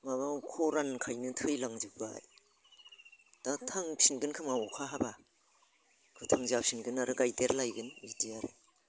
माबा खरानखायनो थैलांजोब्बाय दा थांफिनगोनखोमा अखा हाब्ला फोथांजाफिनगोन आरो गायदेरलायगोन बिदि आरो